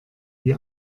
die